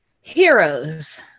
Heroes